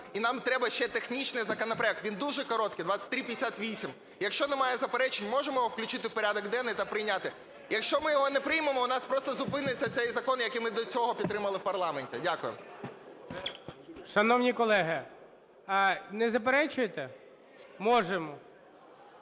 і нам треба ще технічний законопроект, він дуже короткий, 2358. Якщо немає заперечень, можемо його включити в порядок денний та прийняти? Якщо ми його не приймемо, у нас просто зупиниться цей закон, який ми до цього підтримали в парламенті. Дякую. ГОЛОВУЮЧИЙ. Шановні колеги, не заперечуєте? Можемо?